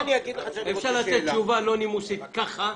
אפשר לתת תשובה לא נימוסית ככה.